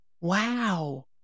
Wow